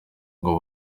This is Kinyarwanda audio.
ngo